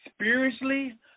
spiritually